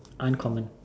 uncommon